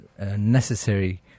Necessary